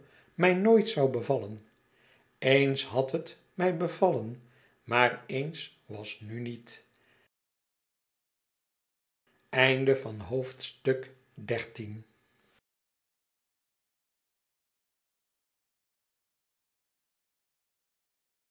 mij nooit zou bevallen eens had het mij bevallen maar eens was nu niet